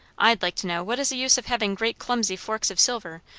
i'd like to know what is the use of having great clumsy forks of silver,